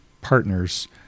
partners